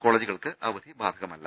കോളേജുകൾക്ക് അവധി ബാധകമല്ല